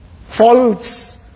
faults